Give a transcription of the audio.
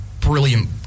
brilliant